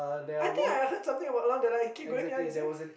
I think I heard something about along keep going ya you saying